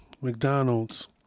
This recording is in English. McDonald's